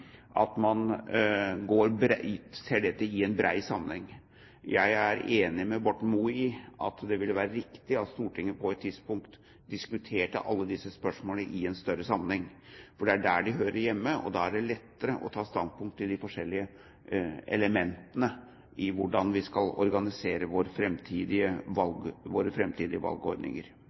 en bred sammenheng. Jeg er enig med Borten Moe i at det ville være riktig at Stortinget på et tidspunkt diskuterte alle disse spørsmålene i en større sammenheng, for det er der de hører hjemme. Og da er det lettere å ta standpunkt til de forskjellige elementene i hvordan vi skal organisere våre fremtidige